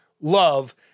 love